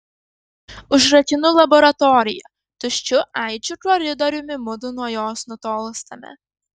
užrakinu laboratoriją tuščiu aidžiu koridoriumi mudu nuo jos nutolstame